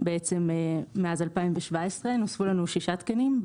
מאז 2017 ונוספו עוד שישה תקנים.